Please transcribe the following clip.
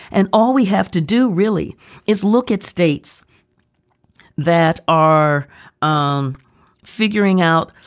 and all we have to do really is look at states that are um figuring out,